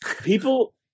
People